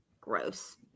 Gross